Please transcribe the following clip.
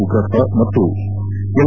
ಉಗ್ರಪ್ಪ ಮತ್ತು ಎಲ್